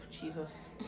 Jesus